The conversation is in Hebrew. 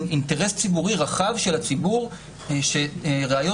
את האינטרס הציבורי בנושא הזה של אי הסתמכות על ראיות